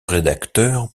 rédacteur